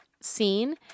scene